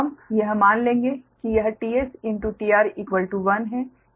हम यह मान लेंगे कि यह t stR1 है